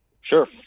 Sure